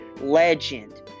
Legend